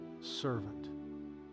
servant